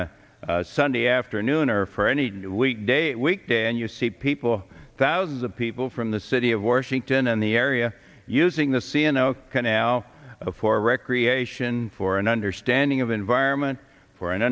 a sunday afternoon or for any weekday weekday and you see people thousands of people from the city of washington in the area using the scieno canal for recreation for an understanding of environment for an